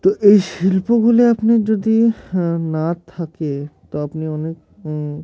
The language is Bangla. তো এই শিল্পগুলি আপনি যদি না থাকে তো আপনি অনেক